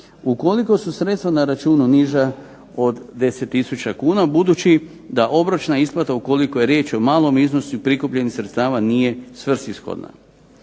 ukoliko su sredstva na računu niža od 10000 kuna budući da obročna isplata ukoliko je riječ o malom iznosu prikupljenih sredstava nije svrsishodna.